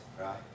right